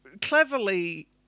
Cleverly